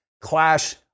clash